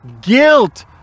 guilt